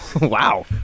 Wow